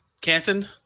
Canton